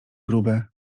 grube